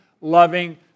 loving